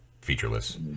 featureless